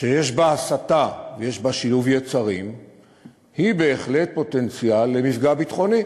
שיש בה הסתה ויש בה שלהוב יצרים היא בהחלט פוטנציאל למפגע ביטחוני.